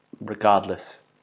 regardless